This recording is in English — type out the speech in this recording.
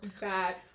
bad